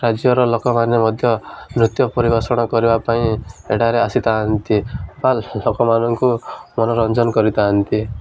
ରାଜ୍ୟର ଲୋକମାନେ ମଧ୍ୟ ନୃତ୍ୟ ପରିବେଷଣ କରିବା ପାଇଁ ଏଠାରେ ଆସିଥାନ୍ତି ବା ଲୋକମାନଙ୍କୁ ମନୋରଞ୍ଜନ କରିଥାନ୍ତି